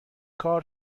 کار